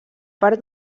per